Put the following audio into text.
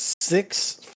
Six